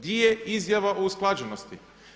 Di je izjava o usklađenosti?